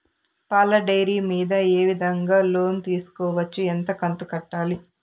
పాల డైరీ మీద ఏ విధంగా లోను తీసుకోవచ్చు? ఎంత కంతు కట్టాలి?